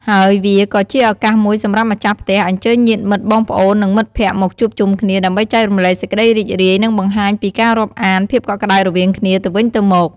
ហើយវាក៏ជាឱកាសមួយសម្រាប់ម្ចាស់ផ្ទះអញ្ជើញញាតិមិត្ត បងប្អូន និងមិត្តភក្តិមកជួបជុំគ្នា ដើម្បីចែករំលែកសេចក្តីរីករាយ និងបង្ហាញពីការរាប់អានភាពកក់ក្តៅរវាងគ្នាទៅវិញទៅមក។